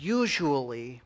usually